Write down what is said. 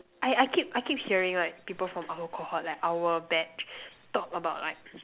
I I keep I keep hearing like people from our cohort like our batch talk about like